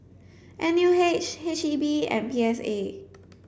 N U H H E B and P S A